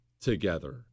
together